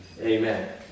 amen